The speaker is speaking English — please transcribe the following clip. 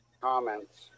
comments